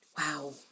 Wow